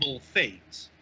fate